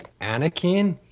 Anakin